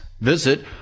Visit